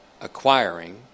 acquiring